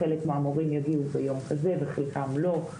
חלק מהמורים יגיעו ביום כזה וחלקם לא.